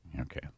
Okay